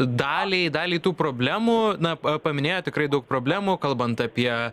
daliai dalį tų problemų na paminėjo tikrai daug problemų kalbant apie